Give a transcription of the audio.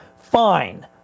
Fine